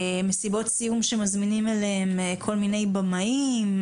מסיבות סיום שמזמינים אליהן כל מיני במאים,